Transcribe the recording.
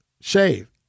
shave